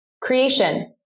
creation